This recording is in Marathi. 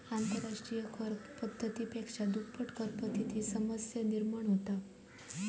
आंतरराष्ट्रिय कर पद्धती पेक्षा दुप्पट करपद्धतीची समस्या निर्माण होता